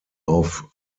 auf